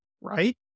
right